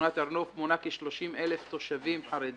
שכונת הר נוף מונה כ-30,000 תושבים חרדים,